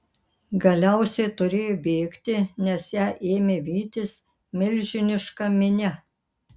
galiausiai turėjo bėgti nes ją ėmė vytis milžiniška minia